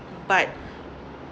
but